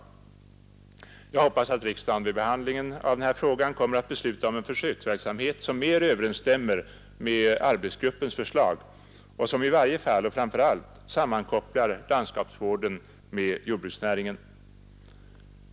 Jag hoppas att riksdagen vid behandlingen av den här frågan kommer att besluta om en försöksverksamhet som mer överensstämmer med arbetsgruppens förslag och som i varje fall och framför allt sammankopplar landskapsvården med jordbruksnäringen.